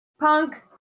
Punk